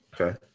okay